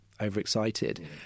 overexcited